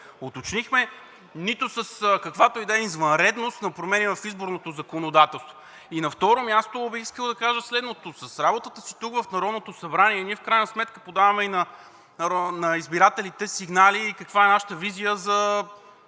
уточнихме, нито с каквато и да е извънредност на промени в изборното законодателство. На второ място бих искал да кажа следното: със работата си тук, в Народното събрание, ние в крайна сметка подаваме на избирателите сигнали каква е нашата визия за